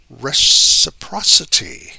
reciprocity